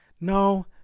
no